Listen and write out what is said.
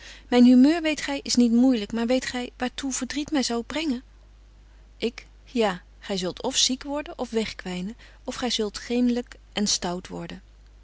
myn humeur weet gy is niet moeilyk betje wolff en aagje deken historie van mejuffrouw sara burgerhart naar weet gy waar toe verdriet my zou brengen ik ja gy zult of ziek worden en wegkwynen of gy zult geemlyk en stout